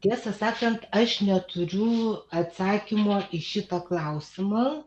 tiesą sakant aš neturiu atsakymo į šitą klausimą